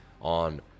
on